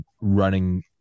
running